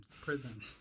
prison